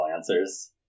answers